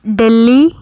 Delhi